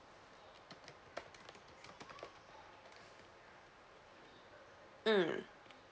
mm